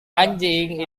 anjing